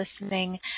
listening